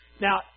Now